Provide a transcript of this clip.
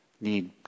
need